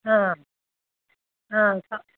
ହଁ ହଁ ହଁ ସ